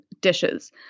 dishes